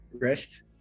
rest